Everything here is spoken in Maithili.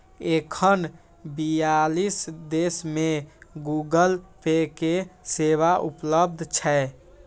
एखन बियालीस देश मे गूगल पे के सेवा उपलब्ध छै